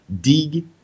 dig